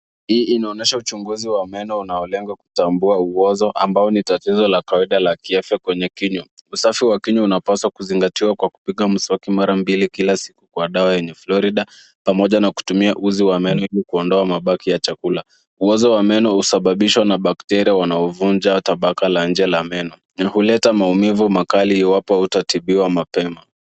Hii inaonyesha uchunguzi wa meno unaolenga kutambua uozo ambao ni tatizo la kawaida la kiafya kwenye kinywa. Usafi wa kinywa unapaswa kuzingatiwa kwa kupiga mswaki mara mbili kwa siku kwa dawa yenye floride pamoja na kutumia uzi wa meno ili kuondoa mbaki ya chakula. Uozo wa meno husababishwa na bakteria wanaovunja tabaka la nje la meno. Huleta maumivu makali iwapo hautatibiwa mapema.